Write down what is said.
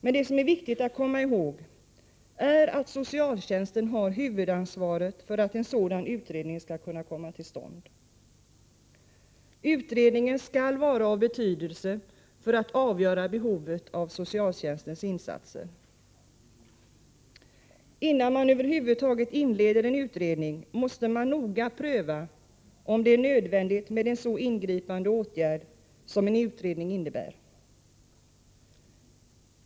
Men det som är viktigt att komma ihåg är att socialtjänsten har huvudansvaret för att en sådan utredning skall kunna komma till stånd. Utredningen skall vara av betydelse för att avgöra behovet av socialtjänstens insatser. Innan man över huvud taget inleder en utredning, måste man noga pröva om det är nödvändigt med en så ingripande åtgärd som en utredning innebär.